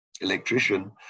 electrician